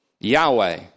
Yahweh